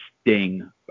Sting